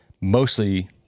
mostly